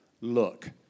Look